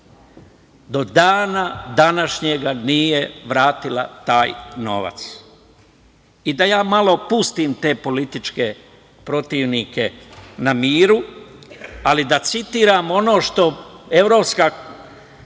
Do dana današnjeg nije vratila taj novac. Da ja malo pustim te političke protivnike na miru, ali da citiram ono što je Evropska